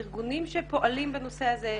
ארגונים שפועלים בנושא הזה,